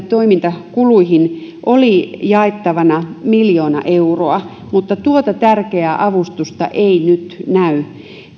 toimintakuluihin oli jaettavana miljoona euroa mutta tuota tärkeää avustusta ei nyt näy